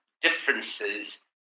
differences